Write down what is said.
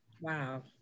Wow